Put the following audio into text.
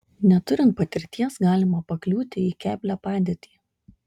neturint patirties galima pakliūti į keblią padėtį